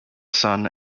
son